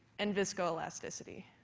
and viscoelasticity.